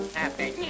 happy